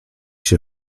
się